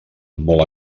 molt